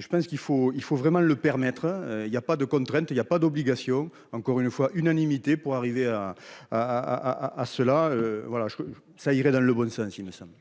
je pense qu'il faut, il faut vraiment le permettre. Il y a pas de contrainte il y a pas d'obligation encore une fois unanimité pour arriver à à à cela. Voilà je ça irait dans le bon sens. Il me semble.